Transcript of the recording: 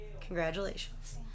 Congratulations